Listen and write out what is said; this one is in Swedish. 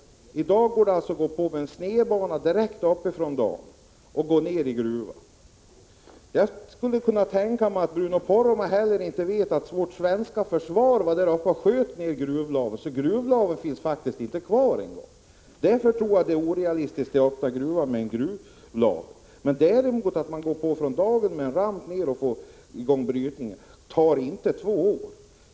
I dag går det alltså att gå på med en snedbana direkt uppifrån dagen och gå ner i gruvan. Jag skulle kunna tänka mig att Bruno Poromaa heller inte vet att vårt svenska försvar var där och sköt ner gruvlaven, så att gruvlaven faktiskt inte finns kvar. Därför tror jag att det är orealistiskt att öppna gruvan med en gruvlave. Att däremot gå på från dagen med en ramp och få i gång brytningen tar inte två år.